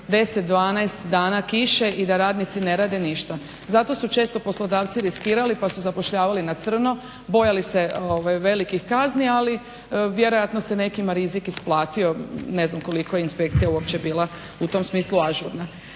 10, 12 dana kiše i da radnici ne rade ništa, zato su često poslodavci riskirali pa su zapošljavali na crno, bojali se velikih kazni, ali vjerojatno se nekima rizik isplatio ne znam koliko je inspekcija uopće bila u tom smislu ažurna.